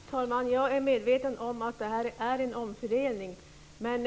Fru talman! Jag är medveten om att detta är en omfördelning.